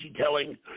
telling